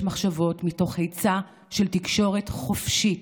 מחשבות מתוך היצע של תקשורת חופשית,